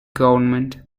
government